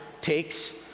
takes